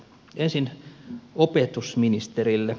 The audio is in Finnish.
ensin opetusministerille